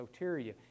soteria